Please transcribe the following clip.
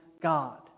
God